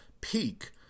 peak